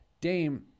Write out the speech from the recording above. Dame